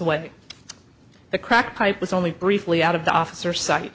away the crack pipe was only briefly out of the officer sight